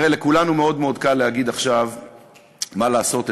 לכולנו מאוד מאוד קל להגיד עכשיו מה לעשות,